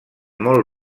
molt